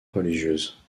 religieuse